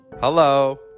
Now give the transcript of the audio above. Hello